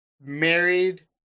married